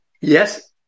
yes